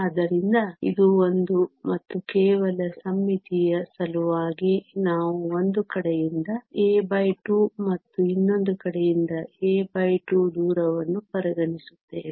ಆದ್ದರಿಂದ ಇದು ಒಂದು ಮತ್ತು ಕೇವಲ ಸಮ್ಮಿತಿಯ ಸಲುವಾಗಿ ನಾವು ಒಂದು ಕಡೆಯಿಂದ a2 ಮತ್ತು ಇನ್ನೊಂದು ಕಡೆಯಿಂದ a2 ದೂರವನ್ನು ಪರಿಗಣಿಸುತ್ತೇವೆ